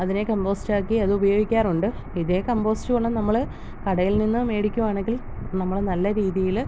അതിനെ കമ്പോസ്റ്റാക്കി അത് ഉപയോഗിക്കാറുണ്ട് ഇതേ കമ്പോസ്റ്റ് വളം നമ്മൾ കടയിൽ നിന്ന് മേടിക്കുവാണെങ്കിൽ നമ്മൾ നല്ല രീതിയിൽ